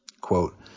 Quote